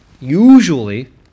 usually